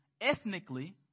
ethnically